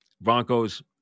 Broncos